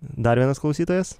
dar vienas klausytojas